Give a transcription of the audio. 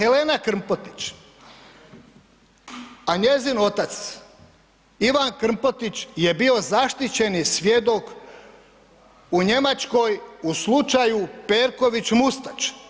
Helena Krmpotić, a njezin otac Ivan Krmpotić je bio zaštićeni svjedok u Njemačkoj u slučaju Perković Mustać.